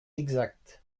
exact